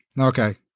Okay